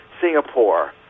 Singapore